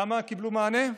כמה קיבלו מענה?